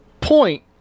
point